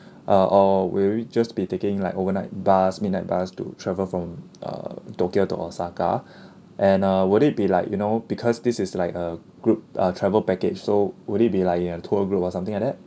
uh or will we just be taking like overnight bus midnight bus to travel from uh tokyo to osaka and uh would it be like you know because this is like a group uh travel package so would it be like a tour group or something like that